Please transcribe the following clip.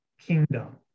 kingdom